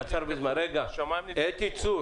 אתי צור,